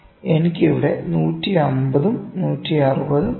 എനിക്ക് ഇവിടെ 150 ഉം 160 ഉം ഉണ്ട്